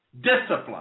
discipline